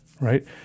right